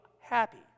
happy